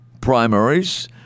primaries